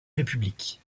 république